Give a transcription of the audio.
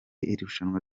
irushanywa